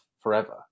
forever